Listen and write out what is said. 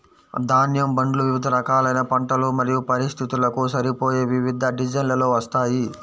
ధాన్యం బండ్లు వివిధ రకాలైన పంటలు మరియు పరిస్థితులకు సరిపోయే వివిధ డిజైన్లలో వస్తాయి